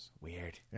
Weird